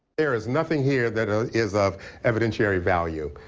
there is nothing here that is of evidencary value.